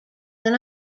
than